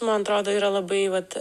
man atrodo yra labai vat